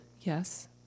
Yes